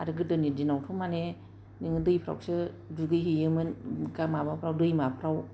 आरो गोदोनि दिनावथ' माने नोङो दैफ्रावसो दुगै हैयोमोन माबाफ्राव दैमाफ्राव